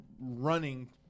running